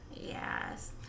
Yes